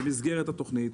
במסגרת התוכנית.